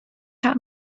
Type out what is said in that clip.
help